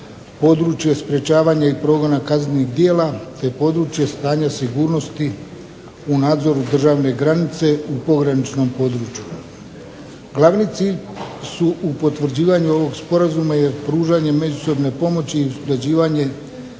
područje sprječavanja i progona kaznenih djela, te područje stanja sigurnosti u nadzoru državne granice u pograničnom području. Glavni cilj su u potvrđivanju ovog sporazuma je pružanje međusobne pomoći i usklađivanje